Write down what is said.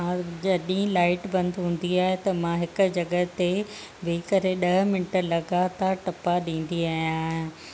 हा जॾहिं लाइट बंदि हूंदी आहे त मां हिकु जॻह ते वेही करे ॾह मिंट लॻातार टपा ॾींदी आहियां